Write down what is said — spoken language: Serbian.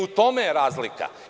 U tome je razlika.